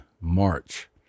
March